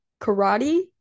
karate